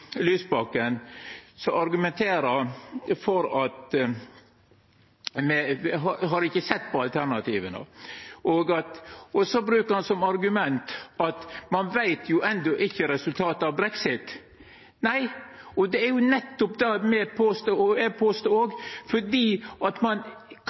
Lysbakken, som seier at me ikkje har sett på alternativa, og brukar som argument at ein enno ikkje veit resultatet av brexit. Nei, det er nettopp det eg òg påstår, for ein veit ikkje resultatet, og ein